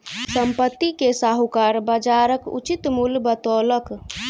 संपत्ति के साहूकार बजारक उचित मूल्य बतौलक